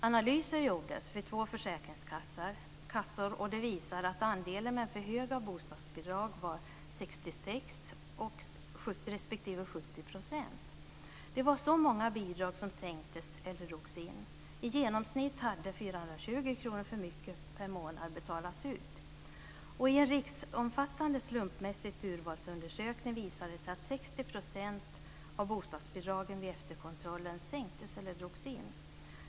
Analyser som gjordes vid två försäkringskassor visar att andelen med för höga bostadsbidrag var 66 respektive 70 %. Det var så många bidrag som sänktes eller drogs in. I genomsnitt hade 420 kr för mycket per månad betalats ut. I en riksomfattande undersökning med slumpmässigt utval visade det sig att 60 % av bostadsbidragen vid efterkontrollen sänktes eller drogs in.